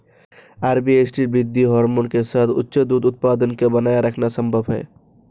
RBST वृद्धि hormone के साथ उच्च दूध उत्पादन को बनाए रखना संभव है